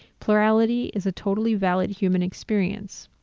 plurality is a totally valid human experience.